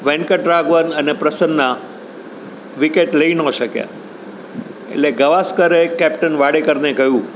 વ્યંકટ રાઘવન અને પ્રસન્ના વિકેટ લઈ ન શક્યા એટલે ગાવસ્કરે કેપ્ટન વાડેકરને કહ્યું